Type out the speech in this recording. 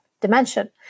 dimension